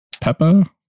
Peppa